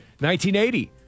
1980